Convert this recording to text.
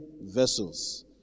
vessels